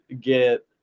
get